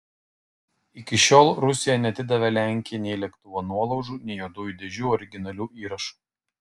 iki šiol rusija neatidavė lenkijai nei lėktuvo nuolaužų nei juodųjų dėžių originalių įrašų